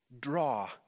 draw